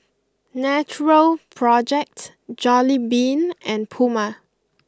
Natural project Jollibean and Puma